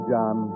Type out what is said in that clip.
John